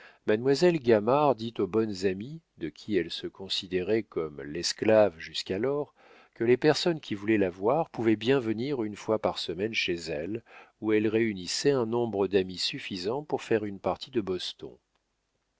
mademoiselle gamard dit aux bonnes amies de qui elle se considérait comme l'esclave jusqu'alors que les personnes qui voulaient la voir pouvaient bien venir une fois par semaine chez elle où elle réunissait un nombre d'amis suffisant pour faire une partie de boston